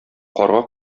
карга